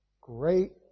great